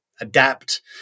adapt